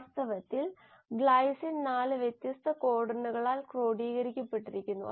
വാസ്തവത്തിൽ ഗ്ലൈസിൻ 4 വ്യത്യസ്ത കോഡണുകളാൽ ക്രോഡീകരിക്കപ്പെട്ടിരിക്കുന്നു